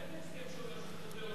אין הסכם שהוא יהיה סגור.